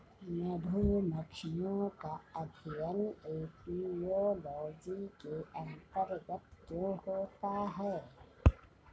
मधुमक्खियों का अध्ययन एपियोलॉजी के अंतर्गत क्यों होता है?